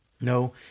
No